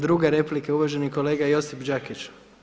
Druga replika uvaženi kolega Josip Đakić.